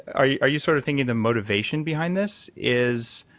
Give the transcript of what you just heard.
are you are you sort of thinking the motivation behind this is